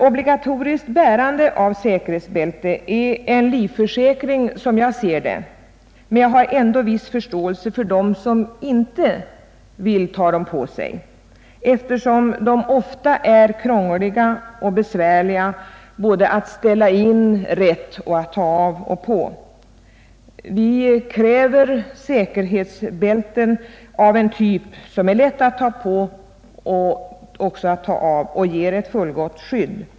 Obligatorisk användning av säkerhetsbälte är en livförsäkring som jag ser det, men jag har ändå viss förståelse för dem som inte vill använda säkerhetsbälten eftersom de ofta är krångliga och besvärliga både att ställa in rätt och att ta av och på. Vi kräver säkerhetsbälten som är lätta att ta på och också att ta av och som ger ett fullgott skydd.